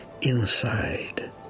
inside